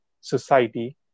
society